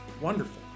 wonderful